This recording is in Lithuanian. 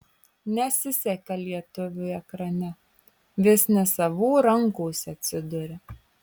nesiseka lietuviui ekrane vis ne savų rankose atsiduria